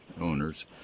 owners